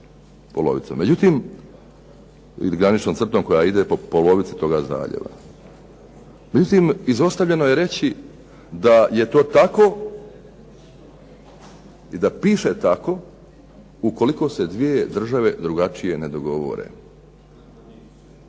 Međutim, izostavljeno je reći da je to tako i da piše tako, ukoliko se dvije države drugačije ne dogovore.